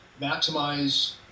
maximize